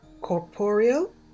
Corporeal